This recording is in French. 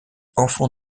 enfant